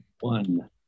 one